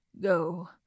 Go